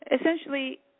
essentially